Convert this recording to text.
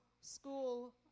school